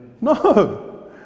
No